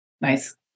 Nice